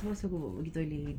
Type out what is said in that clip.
tu saya bawa pergi dekat toilet